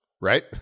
right